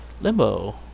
Limbo